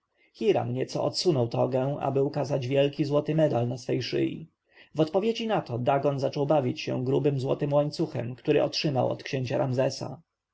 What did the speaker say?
nieco odsunął togę aby ukazać wielki złoty medal na swej szyi w odpowiedzi na to dagon zaczął bawić się grubym złotym łańcuchem który otrzymał od księcia ramzesa